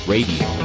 Radio